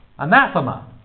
Anathema